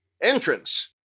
Entrance